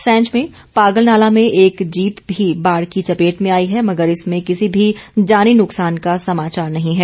सैंज में पागल नाला में एक जीप भी बाढ़ की चपेट में आई है मगर इसमें किसी भी जानी नुकसान का समाचार नही है